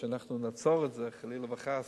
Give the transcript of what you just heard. שאנחנו נעצור את זה חלילה וחס,